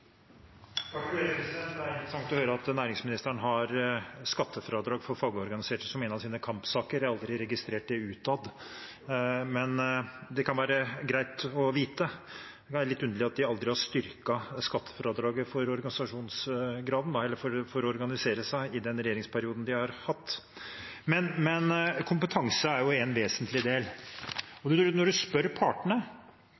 Det er interessant å høre at næringsministeren har skattefradrag for fagorganiserte som en av sine kampsaker. Jeg har aldri registrert det utad, men det kan være greit å vite. Da er det litt underlig at de aldri har styrket skattefradraget for å organisere seg i den regjeringsperioden de har hatt. Men kompetanse er en vesentlig del. Når man spør partene, både arbeidstakerorganisasjonene og